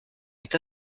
est